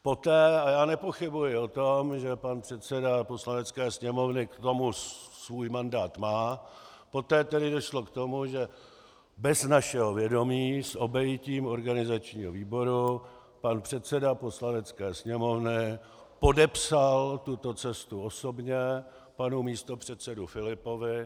Poté, a já nepochybuji o tom, že pan předseda Poslanecké sněmovny k tomu svůj mandát má, poté tedy došlo k tomu, že bez našeho vědomí, s obejitím organizačního výboru, pan předseda Poslanecké sněmovny podepsal tuto cestu osobně panu místopředsedovi Filipovi.